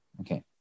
Okay